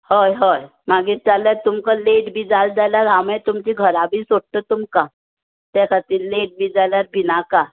हय हय मागीर जाल्या तुमकां लेट बी जालें जाल्यार हांव मायी तुमच्या घरा बी सोडटा तुमकां त्या खातीर लेट बी जाल्यार भिनाका